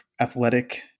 athletic